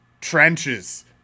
Trenches